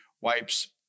wipes